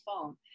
phone